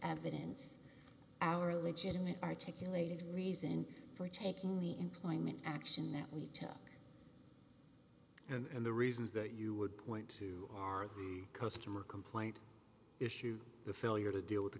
evidence our legitimate articulated reason for taking the employment action that we took and the reasons that you would point to our customer complaint issue the failure to deal with the